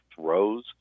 throws